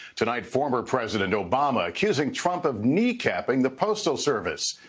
tonight former president obama accusing trump of kneecapping the postal service.